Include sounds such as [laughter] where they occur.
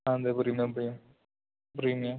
[unintelligible] premium